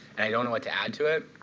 and i don't know what to add to it.